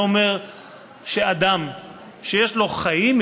זה אומר שאדם שיש לו חיים,